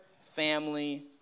family